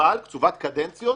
אבל קצובת קדנציות